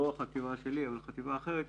לא החטיבה שלי אלא חטיבה אחרת,